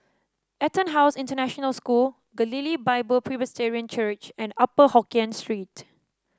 EtonHouse International School Galilee Bible Presbyterian Church and Upper Hokkien Street